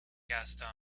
gaston